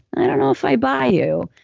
i don't know if i buy you.